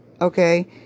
okay